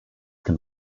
can